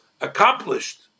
accomplished